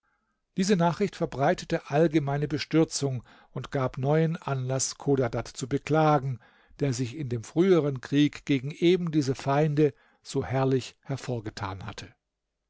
diese nachricht verbreitete allgemeine bestürzung und gab neuen anlaß chodadad zu beklagen der sich in dem früheren krieg gegen eben diese feinde so herrlich hervorgetan hatte